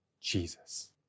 Jesus